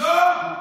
לא.